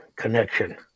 Connection